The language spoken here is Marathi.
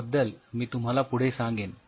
याबद्दल मी तुम्हाला पुढे सांगेन